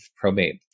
probate